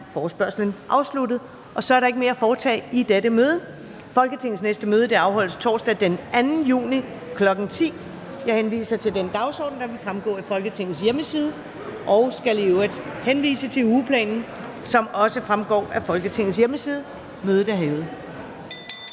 (Karen Ellemann) : Der er ikke mere at foretage i dette møde. Folketingets næste møde afholdes torsdag den 2. juni 2022, kl. 10.00. Jeg henviser til den dagsorden, der vil fremgå af Folketingets hjemmeside. Jeg skal i øvrigt henvise til ugeplanen, som også vil fremgå af Folketingets hjemmeside. : Mødet er hævet.